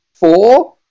Four